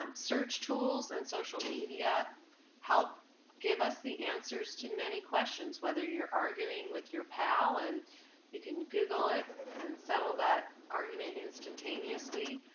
um search tools and social media help give us the answers to many questions. whether you're arguing with your pal, and you can google it and sell that argument instantaneously,